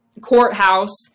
courthouse